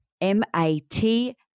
M-A-T